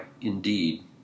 indeed